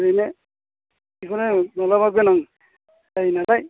बेनो बेखौनो मालाबा गोनां जायोनालाय